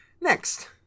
next